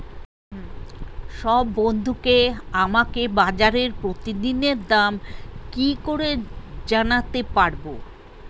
সব বন্ধুকে আমাকে বাজারের প্রতিদিনের দাম কি করে জানাতে পারবো?